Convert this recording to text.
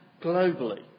globally